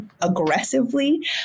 aggressively